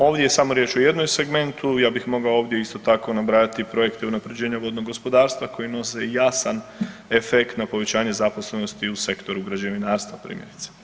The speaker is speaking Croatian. Ovdje samo je riječ o jednom segmentu, ja bih mogao ovdje isto tako nabrajati projekte unapređenja vodnog gospodarstva koji nose jasan efekt na povećanje zaposlenosti u sektoru građevinarstva primjerice.